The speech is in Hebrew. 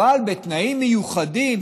אבל בתנאים מיוחדים,